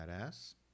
badass